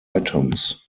items